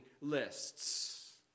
lists